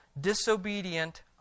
disobedient